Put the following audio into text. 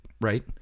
right